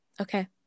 Okay